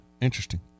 interesting